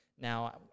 Now